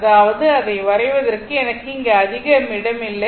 அதாவது அதை வரைவதற்கு எனக்கு இங்கு அதிக இடம் இல்லை